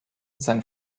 sein